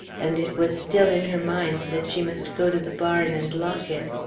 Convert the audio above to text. and it was still in her mind that she must go to the barn and lock it.